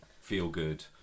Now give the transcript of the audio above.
feel-good